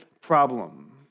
problem